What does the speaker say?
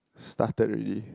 started already